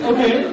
Okay